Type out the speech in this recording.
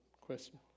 question